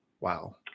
Wow